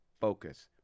focus